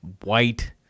white